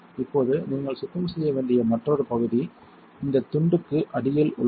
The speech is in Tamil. இப்போது நீங்கள் சுத்தம் செய்ய வேண்டிய மற்றொரு பகுதி இந்த துண்டுக்கு அடியில் உள்ளது